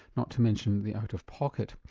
not to mention the out-of-pocket.